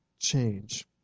change